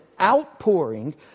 outpouring